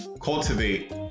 cultivate